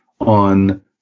on